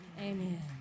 Amen